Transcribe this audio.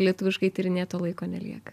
lietuviškai tyrinėt to laiko nelieka